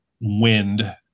wind